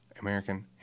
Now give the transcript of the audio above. American